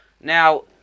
now